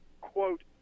Quote